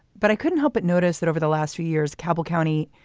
but i couldn't help but notice that over the last few years, campbell county,